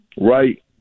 right